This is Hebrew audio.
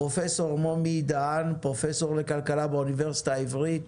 פרופ' מומי דהן, פרופ' לכלכלה באוניברסיטה העברית,